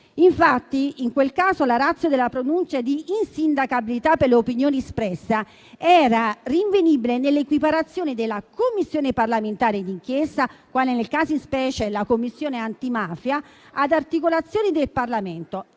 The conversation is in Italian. Infatti, in quel caso la *ratio* della pronuncia di insindacabilità per le opinioni espresse era rinvenibile nell'equiparazione della Commissione parlamentare d'inchiesta quale, nel caso di specie, la Commissione antimafia, ad articolazioni del Parlamento,